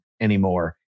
anymore